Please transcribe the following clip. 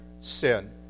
sin